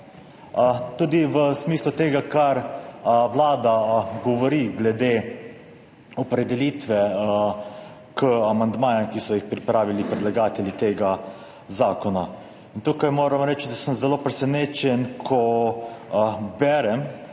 Tudi v smislu tega, kar Vlada govori glede opredelitve k amandmajem, ki so jih pripravili predlagatelji tega zakona. In tukaj moram reči, da sem zelo presenečen, ko berem